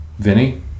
Vinny